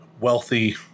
wealthy